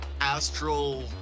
astral